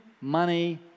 money